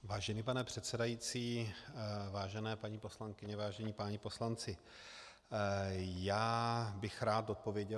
Vážený pane předsedající, vážené paní poslankyně, vážení páni poslanci, já bych rád odpověděl.